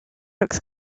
looks